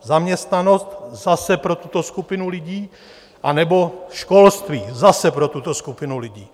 Zaměstnanost zase pro tuto skupinu lidí anebo školství zase pro tuto skupinu lidí.